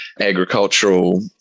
agricultural